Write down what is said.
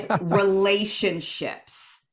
relationships